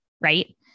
Right